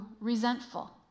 resentful